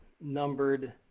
numbered